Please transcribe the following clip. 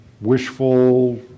wishful